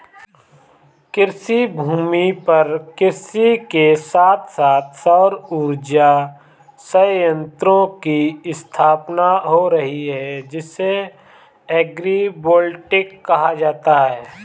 कृषिभूमि पर कृषि के साथ साथ सौर उर्जा संयंत्रों की स्थापना हो रही है जिसे एग्रिवोल्टिक कहा जाता है